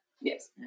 Yes